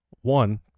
One